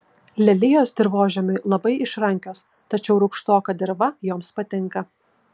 lelijos dirvožemiui labai išrankios tačiau rūgštoka dirva joms patinka